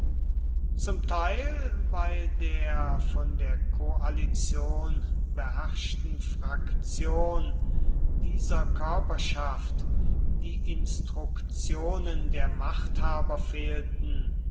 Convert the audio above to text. zum teil weil der von der koalition beherrschten fraktion dieser körperschaft die instruktionen der machthaber fehlten